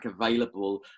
available